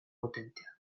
potenteak